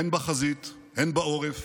הן בחזית הן בעורף,